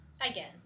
Again